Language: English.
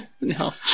no